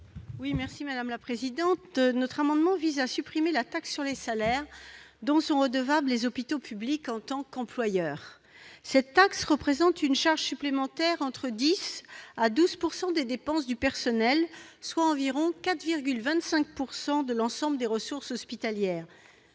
à Mme Laurence Cohen. Cet amendement vise à supprimer la taxe sur les salaires dont sont redevables les hôpitaux publics en tant qu'employeurs. Cette taxe constitue une charge supplémentaire représentant entre 10 % et 12 % des dépenses de personnel, soit environ 4,25 % de l'ensemble des ressources hospitalières.